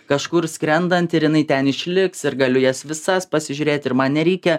kažkur skrendant ir jinai ten išliks ir galiu jas visas pasižiūrėti ir man nereikia